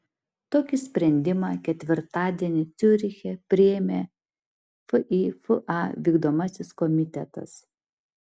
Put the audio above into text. tokį sprendimą ketvirtadienį ciuriche priėmė fifa vykdomasis komitetas